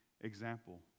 example